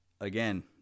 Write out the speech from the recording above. again